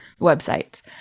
websites